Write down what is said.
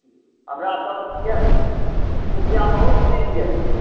हमरा सभ मुखिआ बहुत नीक अछि